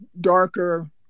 darker